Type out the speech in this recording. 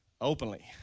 openly